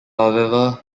however